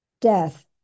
death